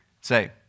Say